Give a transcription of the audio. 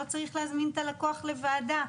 לא צריך להזמין את הלקוח לוועדה,